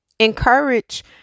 encourage